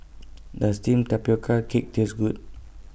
Does Steamed Tapioca Cake Taste Good